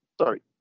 Sorry